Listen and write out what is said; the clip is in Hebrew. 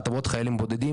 הטבות חיילים בודדים.